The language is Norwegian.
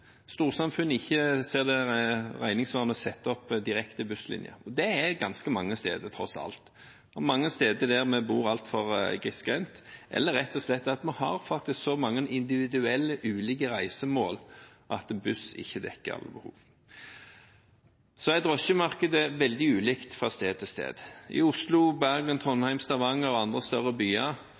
storsamfunnet ikke ser det regningssvarende å sette opp direkte busslinjer, og det er ganske mange steder, tross alt. Mange steder bor man altfor grissgrendt, eller at vi rett og slett har så mange individuelle ulike reisemål at buss ikke dekker alle behov. Drosjemarkedet er veldig ulikt fra sted til sted. I Oslo, Bergen, Trondheim, Stavanger og andre større byer